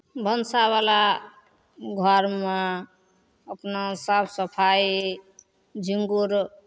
भनसावला घरमे अपना साफ सफाइ झिङ्गुर